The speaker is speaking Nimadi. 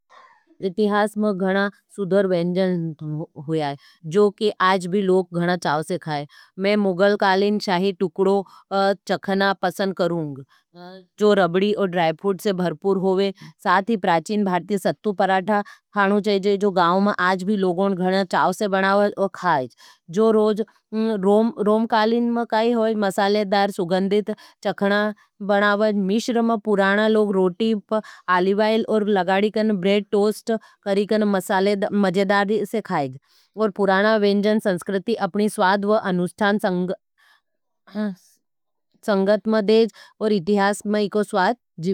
इतिहास में गणा सुधर व्यंजन हुया है जो के आज भी लोग गणा चाओ से खाये। मैं मुगलकालिन शाही टुकडो चकणा पसंद करूँग जो रबडी और ड्राइ फूट से भरपूर होवे, साथ ही प्राचीन भारती सत्तु पराठा खानु चाहेज, जो गाउं में आज भी लोगों गणा चाओ से बनावाए और खायेज। जो रोज रोमकालिन में काई होई मसालेदार सुगंधित चकणा बनावण, मिश्र में पुराणा लोग रोटी प आलिव ऑइल और लगाडी के ने ब्रेड टोस्ट करी के ने मसाले मजेदारी से खाए। और पुराना व्यंजन संस्कृति अपने स्वाद और अनुस्थान संगत में डेज और इतिहास में इको स्वाद।